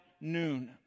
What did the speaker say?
noon